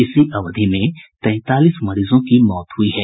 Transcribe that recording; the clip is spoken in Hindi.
इसी अवधि में तैंतालीस मरीजों की मौत हुई है